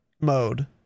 mode